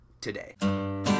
today